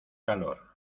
calor